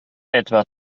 etwa